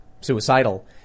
suicidal